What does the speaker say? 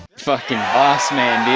fucking boss man, dude.